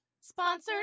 Sponsored